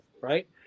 right